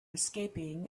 escaping